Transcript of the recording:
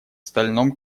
стальном